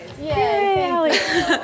Yay